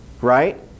right